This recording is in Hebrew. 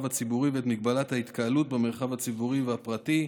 הציבורי ואת מגבלת ההתקהלות במרחב הציבורי והפרטי.